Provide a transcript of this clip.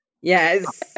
yes